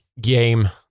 game